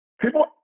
People